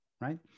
right